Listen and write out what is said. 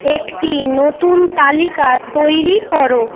একটি নতুন তালিকা তৈরি করো